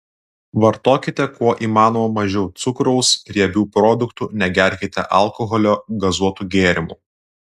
vartokite kuo įmanoma mažiau cukraus riebių produktų negerkite alkoholio gazuotų gėrimų